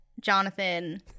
Jonathan